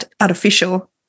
artificial